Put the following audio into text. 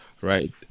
right